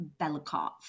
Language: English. Belikov